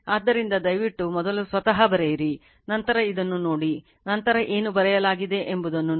ಆದ್ದರಿಂದ ದಯವಿಟ್ಟು ಮೊದಲು ಸ್ವತಃ ಬರೆಯಿರಿ ನಂತರ ಇದನ್ನು ನೋಡಿ ನಂತರ ಏನು ಬರೆಯಲಾಗಿದೆ ಎಂಬುದನ್ನು ನೋಡಿ